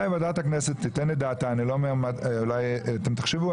אבל אם זה עניין של לב זה משהו אחר.